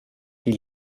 die